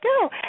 go